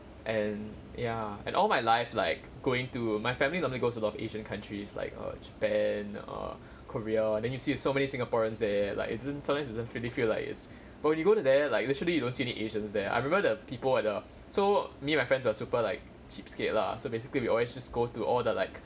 and ya and all my life like going to my family goes a lot of asian countries like err japan err korea then you see so many singaporeans there like isn't sometimes you don't really feel like it's but when you go to there like usually you don't see any asians there I remember the people at the so me and my friends are super like cheapskate lah so basically we always just go to all the like